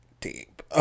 deep